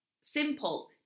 Simple